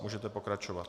Můžeme pokračovat.